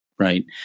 Right